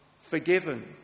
forgiven